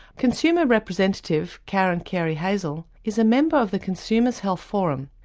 consumer representative karen carey hazell is a member of the consumer's health forum,